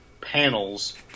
panels